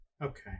Okay